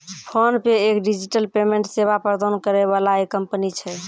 PhonePe एक digital payment सेवा प्रदान करै वाला एक कंपनी छै